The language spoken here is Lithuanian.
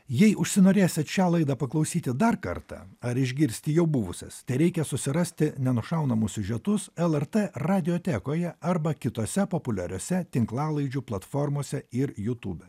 jei užsinorėsit šią laidą paklausyti dar kartą ar išgirsti jau buvusias tereikia susirasti nenušaunamus siužetus lrt radiotekoje arba kitose populiariose tinklalaidžių platformose ir jutūbe